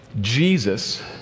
Jesus